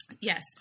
Yes